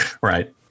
Right